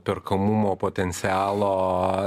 perkamumo potencialo